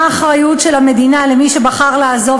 מה האחריות של המדינה למי שבחר לעזוב